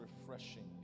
refreshing